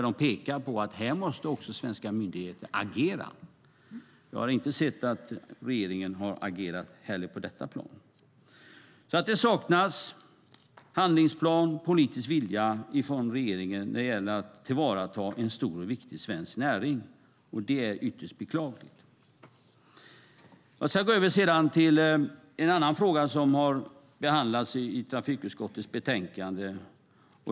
De pekar på att här måste svenska myndigheter agera. Jag har inte sett att regeringen har agerat på detta plan. Det saknas handlingsplan och politisk vilja från regeringen när det gäller att tillvarata en stor och viktig svensk näring. Det är ytterst beklagligt. Jag ska gå över till en annan fråga som har behandlats i trafikutskottets betänkande.